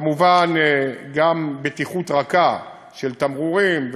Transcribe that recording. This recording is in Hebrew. כמובן, גם בטיחות רכה, של תמרורים,